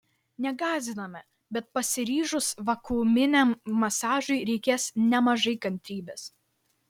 negąsdiname bet pasiryžus vakuuminiam masažui reikės nemažai kantrybės